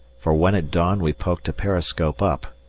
for when at dawn we poked a periscope up,